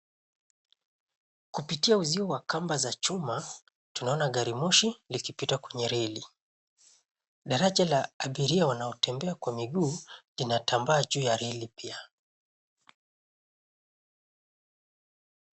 Kupitia uzio wa kamba za chuma, tunaona gari moshi likipita kwenye reli. Daraja la abiria wanaotembea kwa miguu inatambaa juu ya reli pia.